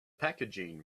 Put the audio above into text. packaging